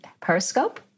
periscope